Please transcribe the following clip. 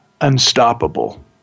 unstoppable